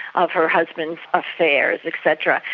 of her husband's affairs et cetera.